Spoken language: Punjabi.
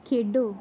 ਖੇਡੋ